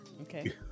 Okay